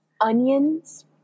Onions